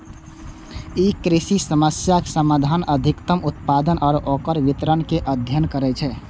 ई कृषि समस्याक समाधान, अधिकतम उत्पादन आ ओकर वितरण के अध्ययन करै छै